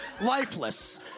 lifeless